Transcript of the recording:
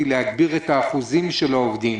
להגביר את האחוזים של העובדים,